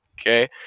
okay